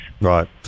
Right